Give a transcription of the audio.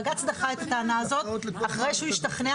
בג"ץ דחה את הטענה הזאת אחרי שהוא השתכנע